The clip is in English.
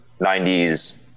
90s